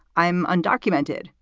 i'm undocumented.